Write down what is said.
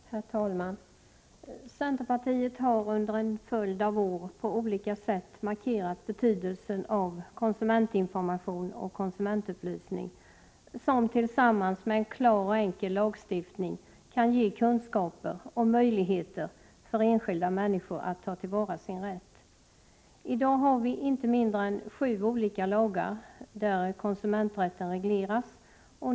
Herr talman! Centerpartiet har under en följd av år, på olika sätt, markerat betydelsen av konsumentinformation och konsumentupplysning som tillsammans med en klar och enkel lagstiftning kan ge kunskaper och möjligheter för enskilda människor att ta till vara sin rätt. I dag har vi inte mindre än sju olika lagar vari konsumenträtten regleras.